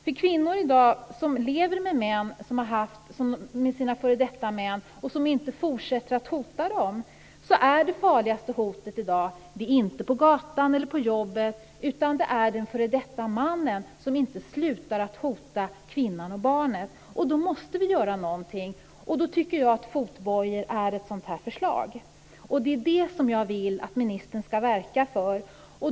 För kvinnor i dag som lever med män som inte fortsätter att hota dem finns det farligaste hotet i dag inte på gatan eller på jobbet, utan det är den f.d. mannen som inte slutar att hota kvinnan och barnet. Därför måste vi göra någonting, och då tycker jag att fotbojor är ett sådant förslag. Det är detta som jag vill att ministern ska verka för.